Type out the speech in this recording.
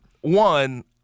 One